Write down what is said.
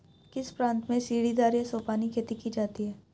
किस प्रांत में सीढ़ीदार या सोपानी खेती की जाती है?